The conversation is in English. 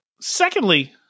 secondly